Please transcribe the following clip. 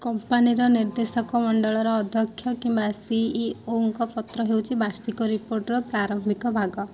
କମ୍ପାନୀର ନିର୍ଦ୍ଦେଶକ ମଣ୍ଡଳର ଅଧ୍ୟକ୍ଷ କିମ୍ବା ସିଇଓଙ୍କ ପତ୍ର ହେଉଛି ବାର୍ଷିକ ରିପୋର୍ଟର ପ୍ରାରମ୍ଭିକ ଭାଗ